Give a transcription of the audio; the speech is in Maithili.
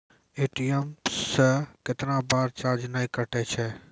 ए.टी.एम से कैतना बार चार्ज नैय कटै छै?